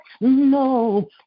no